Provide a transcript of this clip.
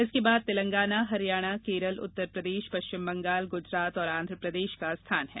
इसके बाद तेलंगाना हरियाणा केरल उत्तर प्रदेश पश्चिम बंगाल गुजरात और आंध्र प्रदेश का स्थान है